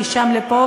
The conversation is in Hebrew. מאז שאני בכנסת,